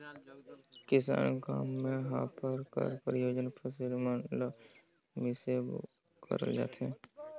किसानी काम मे हापर कर परियोग फसिल मन ल मिसे बर करल जाथे